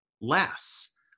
less